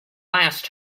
last